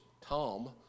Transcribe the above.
tom